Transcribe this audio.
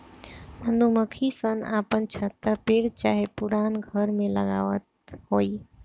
मधुमक्खी सन अपन छत्ता पेड़ चाहे पुरान घर में लगावत होई